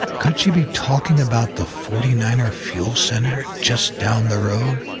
could she be talking about the forty nine er fuel center, just down the road?